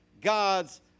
God's